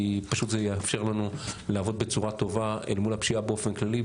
פשוט זה יאפשר לנו לעבוד בצורה טובה אל מול הפשיעה באופן כללי,